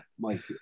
Mike